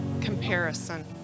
comparison